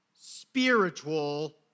spiritual